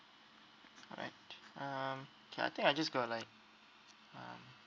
alright um okay I think I just got like um